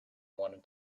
wanted